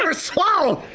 ah slow.